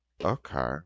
Okay